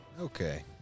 Okay